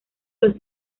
los